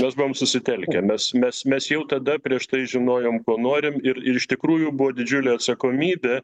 mes buvom susitelkę mes mes mes jau tada prieš tai žinojom ko norim ir ir iš tikrųjų buvo didžiulė atsakomybė